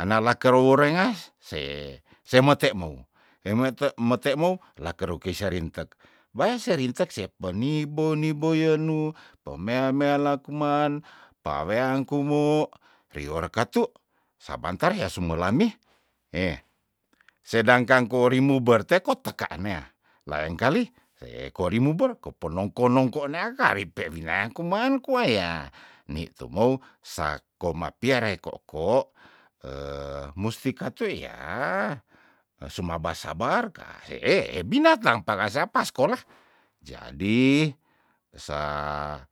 ana la kerou worengas se- semo temou hemoeto- metemou lakeru keisa rintek wayah serintek sep peni buni- buyunu pemea- mealakuman, pawean kumo, rior katu sabantar yah sumelammi heh sedangkan korimu berteko taka anea laeng kali se kori muber kopo nongko- nongko nea karipe wineang kuman kwa yah ni tumou sako mapeare koko musti katu yaah eh suma basabar kasee binatang panga sapas skolah jadi esaa